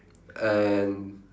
and